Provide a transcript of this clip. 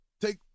take